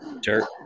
dirt